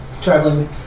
Traveling